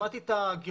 שמעתי את הגיחוכים.